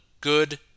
good